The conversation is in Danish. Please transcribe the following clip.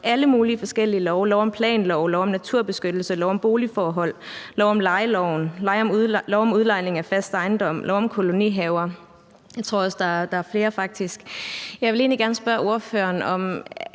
alle mulige forskellige love – lov om planlægning, lov om naturbeskyttelse, lov om boligforhold, lov om lejeloven, lov om udlejning af fast ejendom, lov om kolonihaver, og jeg tror faktisk også, der er flere end det. Jeg vil egentlig gerne spørge ordføreren: